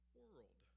world